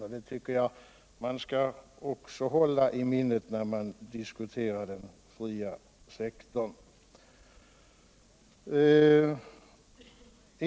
Det tycker jag att vi skall hålla i minnet när vi diskuterar den fria sektorn.